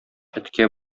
эткә